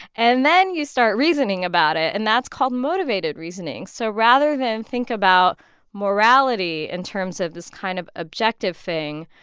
and then you start reasoning about it, and that's called motivated reasoning. so rather than think about morality in terms of this kind of objective thing,